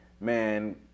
man